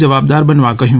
જવાબદાર બનવા કહ્યું